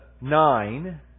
nine